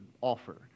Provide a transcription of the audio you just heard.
offer